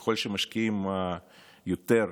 ככל שמשקיעים יותר,